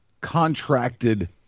contracted